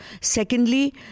secondly